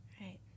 Right